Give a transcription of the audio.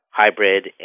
hybrid